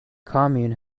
commune